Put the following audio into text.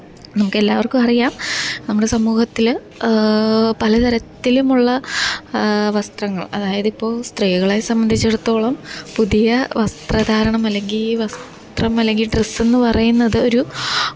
നമുക്കെല്ലാവര്ക്കും അറിയാം നമ്മുടെ സമൂഹത്തിൽ പല തരത്തിലുമുള്ള വസ്ത്രങ്ങള് അതായതിപ്പോൾ സ്ത്രീകളെ സംബന്ധിച്ചെടുത്തോളം പുതിയ വസ്ത്രധാരണം അല്ലെങ്കില് വസ്ത്രമല്ലെങ്കില് ഡ്രസ്സെന്ന് പറയുന്നത് ഒരു